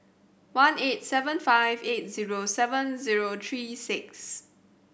one eight seven five eight zero seven zero three six